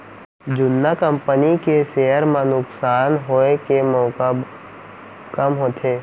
जुन्ना कंपनी के सेयर म नुकसान होए के मउका कम होथे